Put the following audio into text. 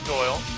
Doyle